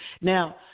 Now